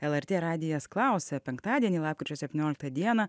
lrt radijas klausia penktadienį lapkričio septynioliktą dieną